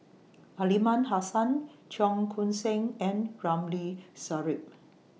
Aliman Hassan Cheong Koon Seng and Ramli Sarip